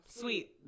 sweet